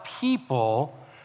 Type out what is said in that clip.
people